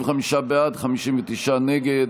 55 בעד, 59 נגד.